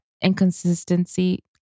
inconsistency